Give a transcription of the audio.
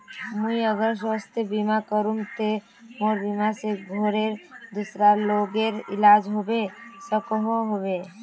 मुई अगर स्वास्थ्य बीमा करूम ते मोर बीमा से घोरेर दूसरा लोगेर इलाज होबे सकोहो होबे?